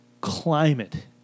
climate